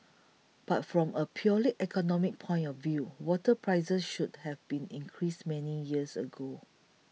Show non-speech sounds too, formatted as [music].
[noise] but from a purely economic point of view water prices should have been increased many years ago